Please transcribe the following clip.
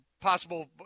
Possible